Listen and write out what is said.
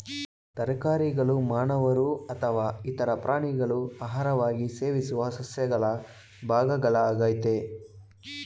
ತರಕಾರಿಗಳು ಮಾನವರು ಅಥವಾ ಇತರ ಪ್ರಾಣಿಗಳು ಆಹಾರವಾಗಿ ಸೇವಿಸುವ ಸಸ್ಯಗಳ ಭಾಗಗಳಾಗಯ್ತೆ